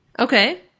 Okay